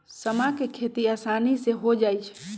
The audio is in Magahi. समा के खेती असानी से हो जाइ छइ